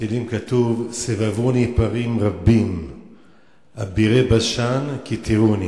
בתהילים כתוב: סבבוני פרים רבים אבירי בשן כתרוני.